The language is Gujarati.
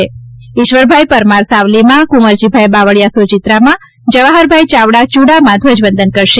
શ્રી ઈશ્વરભાઇ પરમાર સાવલીમાં શ્રી કુંવરજીભાઇ બાવળીયા સોજીત્રામાં શ્રી જવાહરભાઇ ચાવડા ચુડામાં ધ્વજવંદન કરશે